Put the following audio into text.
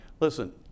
Listen